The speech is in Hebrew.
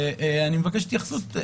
אני מבקש התייחסות.